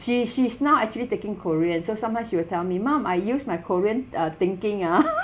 she she's now actually taking korean so sometimes she will tell me mum I use my korean uh thinking ah